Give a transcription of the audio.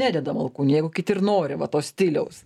nededam alkūnių jeigu kiti ir nori va to stiliaus